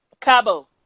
Cabo